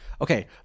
Okay